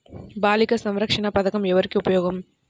బాలిక సంరక్షణ పథకం ఎవరికి ఉపయోగము?